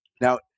Now